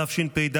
התשפ"ד